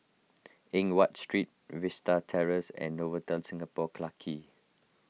Eng Watt Street Vista Terrace and Novotel Singapore Clarke Quay